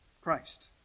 Christ